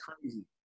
crazy